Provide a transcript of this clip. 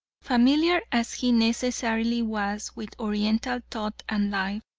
familiar as he necessarily was with oriental thought and life,